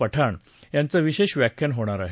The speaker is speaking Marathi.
पठाण यांचं विशेष व्याख्यान होणार आहे